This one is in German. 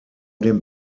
dem